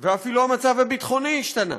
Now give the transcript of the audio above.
ואפילו המצב הביטחוני השתנה.